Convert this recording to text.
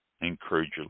encourage